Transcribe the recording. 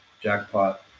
Jackpot